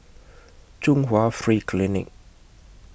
Chung Hwa Free Clinic